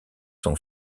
son